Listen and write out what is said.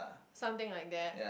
something like that